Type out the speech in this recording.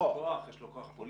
יש לו כוח, יש לו כוח פוליטי,